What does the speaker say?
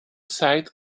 side